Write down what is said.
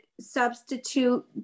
substitute